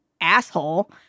asshole